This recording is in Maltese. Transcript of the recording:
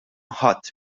ħadd